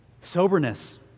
soberness